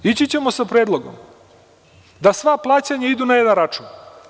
Ići ćemo sa predlogom da sva plaćanja idu na jedan račun.